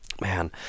man